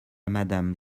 madame